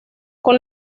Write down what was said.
como